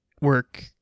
work